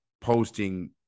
posting